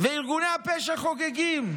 וארגוני הפשע חוגגים.